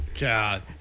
God